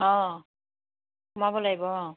অঁ সোমাব লাগিব অঁ